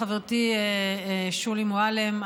חברתי שולי מועלם,